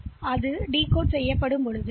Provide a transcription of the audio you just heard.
எனவே இது இந்த நேரத்தில் டிகோட் செய்யப்படுகிறது